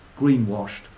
greenwashed